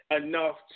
enough